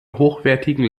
hochwertigen